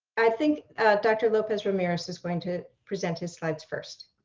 i think dr. lopez ramirez is going to present his slides first.